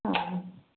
ಹಾಂ